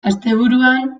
asteburuan